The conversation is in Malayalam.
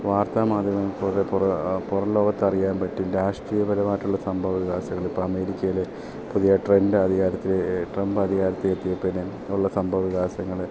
വാർത്താ മാധ്യമങ്ങളിൽ പോലെ പുറം ലോകത്തെ അറിയാൻ പറ്റും രാഷ്ട്രീയ പരമായിട്ടുള്ള സംഭവ വികാസങ്ങൾ ഇപ്പം അമേരിക്കയിൽ പുതിയ ട്രൻറ്റ് അധികാരത്തിൽ ട്രംമ്പ് അധികാരത്തിൽ എത്തി പിന്നെ ഉള്ള സംഭവവികാസങ്ങൾ